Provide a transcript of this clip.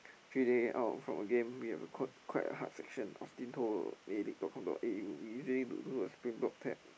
three day out from a game we have quite quite a hard section Austin told A-League dot com dot A_U we usually to do a sprint bolt tap